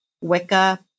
Wicca